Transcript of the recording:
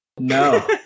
No